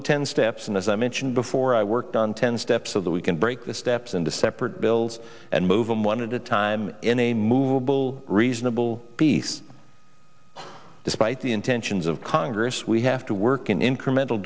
the ten steps and as i mentioned before i worked on ten steps so that we can break the steps into separate bills and move them one of the time in a movable reasonable piece despite the intentions of congress we have to work in incremental